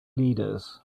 leaders